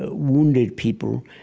ah wounded people.